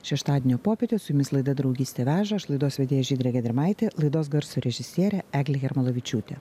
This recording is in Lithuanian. šeštadienio popietę su jumis laida draugystė veža aš laidos vedėja žydrė gedrimaitė laidos garso režisierė eglė jarmolavičiūtė